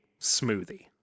smoothie